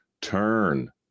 turn